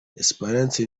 esperance